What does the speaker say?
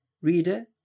Reader